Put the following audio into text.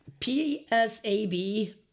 PSAB